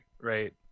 right